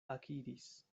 akiris